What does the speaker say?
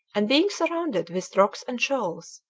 and, being surrounded with rocks and shoals,